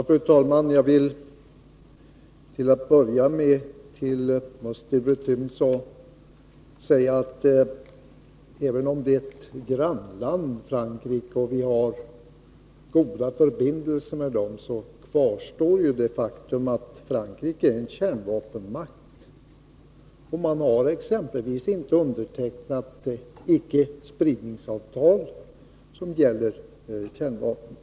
Fru talman! Sture Thun sade att vårt land ligger nära Frankrike och att vi har nära förbindelser med det landet. Men jag vill ändå säga att faktum kvarstår att Frankrike är en kärnvapenmakt och exempelvis inte har undertecknat det icke-spridnings-avtal som gäller kärnvapen.